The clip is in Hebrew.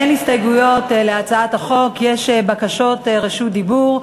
אין הסתייגויות להצעת החוק, יש בקשות רשות דיבור.